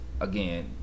again